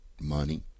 money